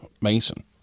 Mason